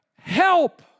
help